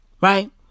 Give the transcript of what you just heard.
Right